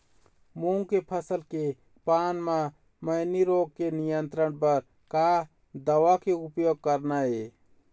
मूंग के फसल के पान म मैनी रोग के नियंत्रण बर का दवा के उपयोग करना ये?